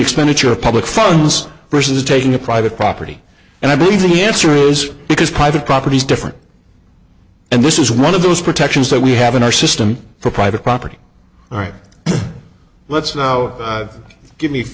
expenditure of public funds versus taking a private property and i believe the answer is because private property is different and this is one of those protections that we have in our system for private property all right let's now give me